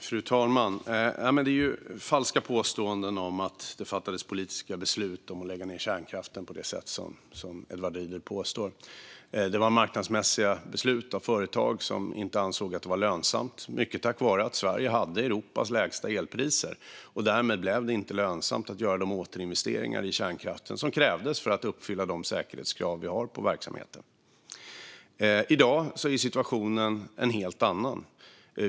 Fru talman! Det är ett falskt påstående från Edward Riedl att det fattades politiska beslut om att lägga ned kärnkraften på det sättet. Det var marknadsmässiga beslut av företag som inte ansåg att det var lönsamt, mycket på grund av att Sverige hade Europas lägsta elpriser. Därmed blev det inte lönsamt att göra de återinvesteringar i kärnkraften som krävdes för att uppfylla de säkerhetskrav vi har på verksamheten. I dag är situationen en helt annan.